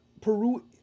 Peru